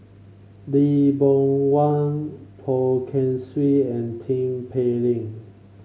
Lee Boon Wang Poh Kay Swee and Tin Pei Ling